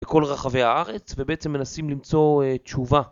לכל רחבי הארץ, ובעצם מנסים למצוא תשובה